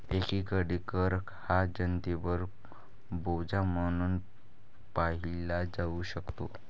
एकीकडे कर हा जनतेवर बोजा म्हणून पाहिला जाऊ शकतो